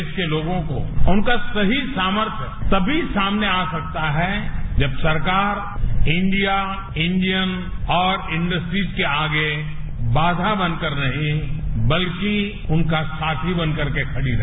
देश के लोगों को उनका सही सामर्थय तभी सामने आ सकता है जब सरकार इंडियाइंडियन और इंडस्ट्रीज के आगे बाघा बनकर नही बल्कि उनका साथी बनकर के खड़ी रहे